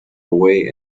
away